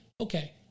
Okay